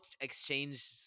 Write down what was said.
exchange